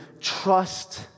Trust